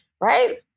Right